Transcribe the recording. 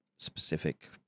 specific